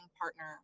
partner